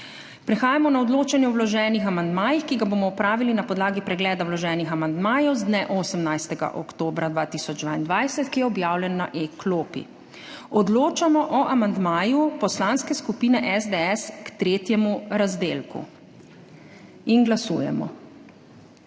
Prehajamo na odločanje o vloženih amandmajih, ki ga bomo opravili na podlagi pregleda vloženih amandmajev z dne 18. oktobra 2022, ki je objavljen na E-klopi. Odločamo o amandmaju Poslanske skupine SDS k tretjemu razdelku. Glasujemo.